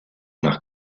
nach